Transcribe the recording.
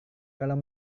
kalau